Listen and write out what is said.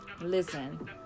listen